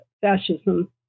fascism